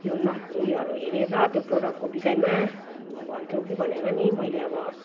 त्यो नक उयोहरू हेरेर त्यो प्रडक्टको विषयमा भन्छौ कि भनेर नि मैले अब